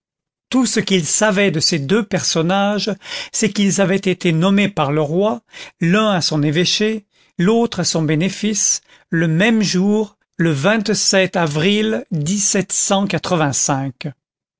tout ce qu'il savait de ces deux personnages c'est qu'ils avaient été nommés par le roi l'un à son évêché l'autre à son bénéfice le même jour le avril